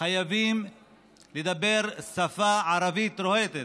חייבים לדבר שפה ערבית רהוטה.